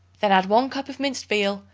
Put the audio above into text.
then add one cup of minced veal,